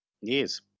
yes